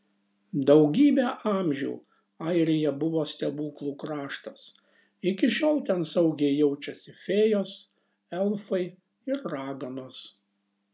daugybę amžių airija buvo stebuklų kraštas iki šiol ten saugiai jaučiasi fėjos elfai ir raganos